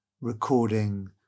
recording